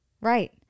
Right